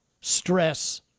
stress